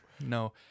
No